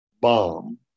bomb